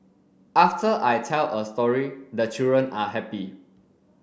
after I tell a story the children are happy